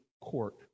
court